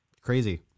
crazy